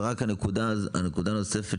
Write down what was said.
ורק נקודה נוספת,